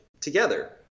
together